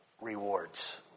rewards